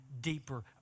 deeper